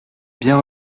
bien